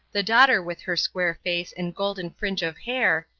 the daughter with her square face and golden fringe of hair,